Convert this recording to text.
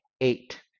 eight